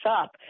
up